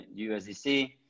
usdc